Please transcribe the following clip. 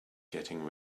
getting